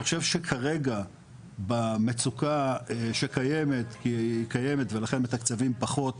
אני חושב שכרגע במצוקה שקיימת כי היא קיימת ולכן מתקצבים פחות,